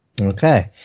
Okay